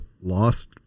lost